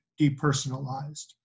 depersonalized